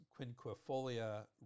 quinquefolia